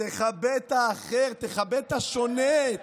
תכבד את האחר, תכבד את השונה.